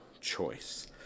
choice